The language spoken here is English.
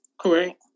Correct